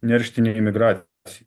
nerštinei migracijai